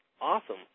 Awesome